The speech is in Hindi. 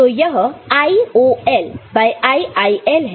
तो यह IOL बाय IIL है